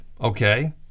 Okay